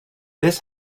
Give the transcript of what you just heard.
this